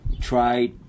try